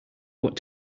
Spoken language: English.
what